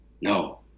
No